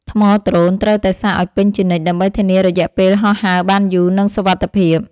ថ្មដ្រូន ត្រូវតែសាកឱ្យពេញជានិច្ច ដើម្បីធានារយៈពេលហោះហើរបានយូរ និងសុវត្ថិភាព។